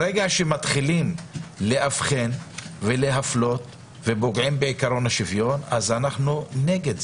ברגע שמתחילים להבחן ולהפלות ופוגעים בעיקרון השוויון אז אנחנו נגד זה.